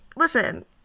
Listen